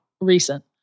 recent